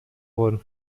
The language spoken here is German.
wurden